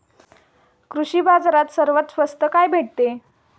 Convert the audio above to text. कृषी बाजारात सर्वात स्वस्त काय भेटते?